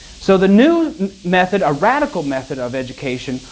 so the new method, a radical method of education,